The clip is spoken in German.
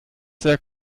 sehr